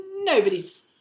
nobody's